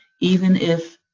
even if